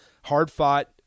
hard-fought